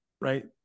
right